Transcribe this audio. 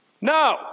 No